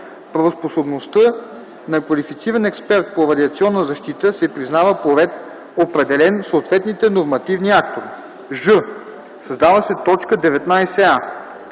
Правоспособността на квалифициран експерт по радиационна защита се признава по ред, определен в съответните нормативни актове”; ж) създава се т. 19а: